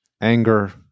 anger